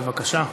בבקשה.